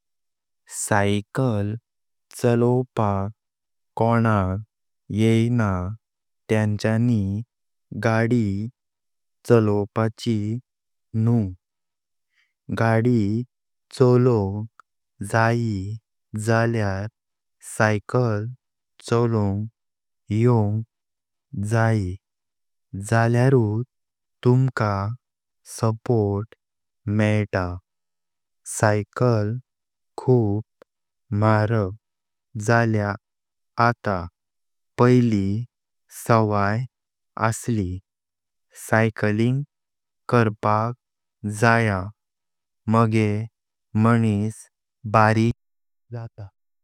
सायकल चलवपाक कणाक येयना तेंच्यानी गाड़ी चळवपाची न्हू। गाडी चळोंग जयी झाल्यार सायकल चळोंग योंग जयी झाल्यारात तुम्हका सपोर्ट मेइता। सायकल खूप मारक झाल्या आता पैली सवाई असली। सायकलिंग करपाक जया मगेऱ मानुस बारिक जात।